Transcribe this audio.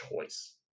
choice